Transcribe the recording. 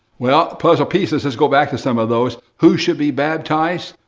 well, the puzzle pieces, let's go back to some of those. who should be baptized?